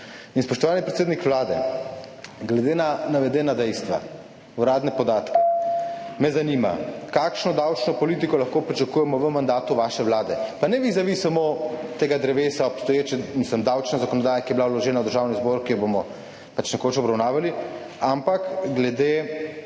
Spoštovani predsednik Vlade, glede na navedena dejstva, uradne podatke me zanima: Kakšno davčno politiko lahko pričakujemo v mandatu vaše vlade? Pa ne samo vizavi tega drevesa obstoječe davčne zakonodaje, ki je bila vložena v Državni zbor in jo bomo pač nekoč obravnavali, ampak glede